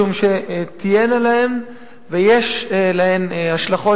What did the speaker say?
משום שתהיינה להן ויש להן השלכות